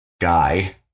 guy